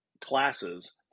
classes